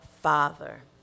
father